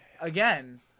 Again